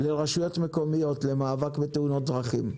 לרשויות מקומיות למאבק בתאונות דרכים.